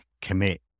commit